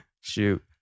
Shoot